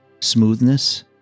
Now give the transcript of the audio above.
Smoothness